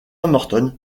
morton